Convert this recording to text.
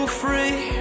free